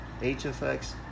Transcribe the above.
HFX